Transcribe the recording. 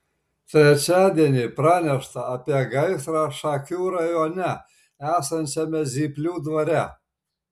trečiadienį pranešta apie gaisrą šakių rajone esančiame zyplių dvare